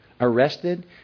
arrested